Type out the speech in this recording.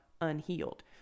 unhealed